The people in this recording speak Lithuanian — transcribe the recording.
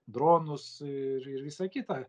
dronus ir ir visa kita